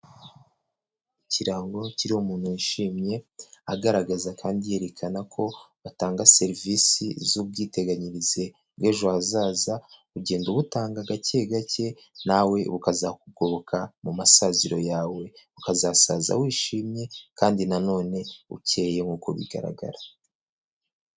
Ikirango kiriho umuntu wishimye agaragaza kandi yerekana ko batanga serivisi z'ubwiteganyirize bw'ejo hazaza, ugenda ubutanga gake gake nawe bukazakugoboka mu masaziro yawe, ukazasaza wishimye kandi nanone ukeye uko bigaragara.